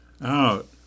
out